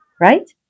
right